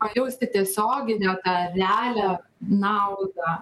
pajausti tiesioginę tą realią naudą